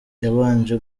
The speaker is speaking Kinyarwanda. yabanje